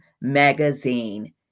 Magazine